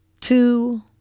two